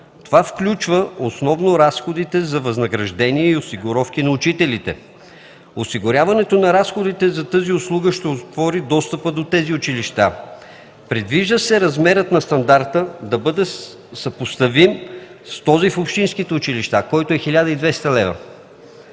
това включва основно разходите за възнаграждение и осигуровки на учителите. Осигуряването на разходите за тази услуга ще отвори достъпа до тези училища. Предвижда се размерът на стандарта да бъде съпоставим с този в общинските училища, който е 1200 лева.